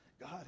God